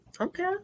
Okay